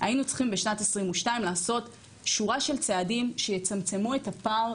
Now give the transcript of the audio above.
היינו צריכים בשנת 2022 לעשות שורה של צעדים שיצמצמו את הפער